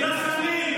לסמים,